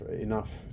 enough